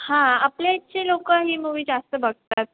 हां आपल्या इथचे लोक ही मूवी जास्त बघतात